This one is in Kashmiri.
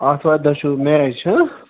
آتھوارِ دۄہ چھُ میچ